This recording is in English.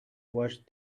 watched